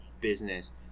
business